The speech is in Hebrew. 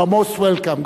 You are most welcome.